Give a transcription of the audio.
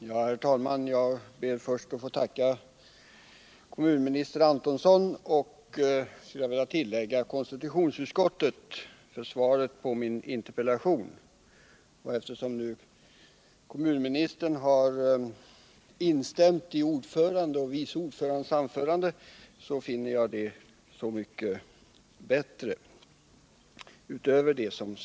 Herr talman! Jag ber först att få tacka kommunminister Antonsson — och. skulle jag vilja tillägga, konstitutionsutskottet — för svaret på min interpellation. Eftersom nu kommunministern utöver det han sade i interpellationssvaret har instämt i utskottets ordförandes och vice ordförandes anföranden. finner jag det så mycket bättre.